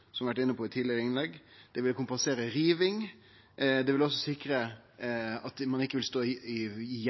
eg har vore inne på i tidlegare innlegg. Det vil kompensere riving. Det vil også sikre at ein ikkje vil stå i